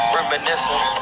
Reminiscing